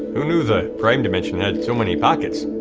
who knew the prime dimension had so many pockets?